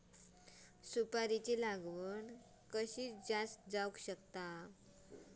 सुपारीची लागवड कशी जास्त जावक शकता?